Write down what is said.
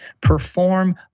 perform